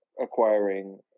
acquiring